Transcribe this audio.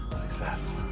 success.